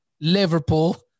Liverpool